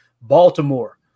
Baltimore